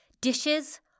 Dishes